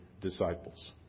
disciples